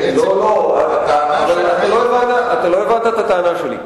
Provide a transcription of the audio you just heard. בעצם הטענה שלכם, אתה לא הבנת את הטענה שלי.